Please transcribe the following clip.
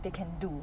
they can do